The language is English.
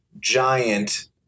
giant